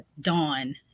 dawn